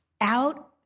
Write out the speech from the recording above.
out